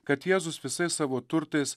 kad jėzus visais savo turtais